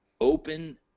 open